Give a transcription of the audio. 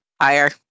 Higher